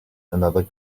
another